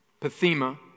pathema